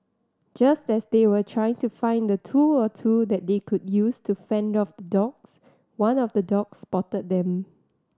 just as they were trying to find a tool or two that they could use to fend off the dogs one of the dogs spotted them